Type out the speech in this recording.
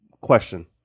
question